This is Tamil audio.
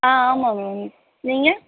ஆ ஆமாங்க நீங்கள்